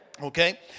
Okay